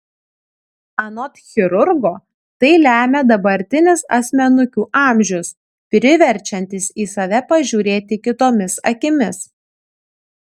anot chirurgo tai lemia dabartinis asmenukių amžius priverčiantis į save pažiūrėti kitomis akimis